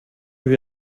wie